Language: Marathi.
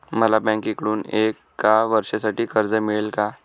मला बँकेकडून एका वर्षासाठी कर्ज मिळेल का?